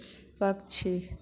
पक्षी